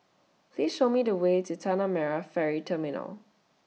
Please Show Me The Way to Tanah Merah Ferry Terminal